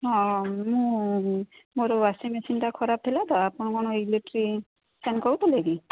ହଁ ମୁଁ ମୋର ୱାଶିଂ ମେସିନ୍ଟା ଖରାପ ଥିଲା ତ ଆପଣ କ'ଣ ଇଲେକଟ୍ରିସିଆନ୍ କହୁଥିଲେ କି